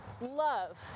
love